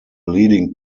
leading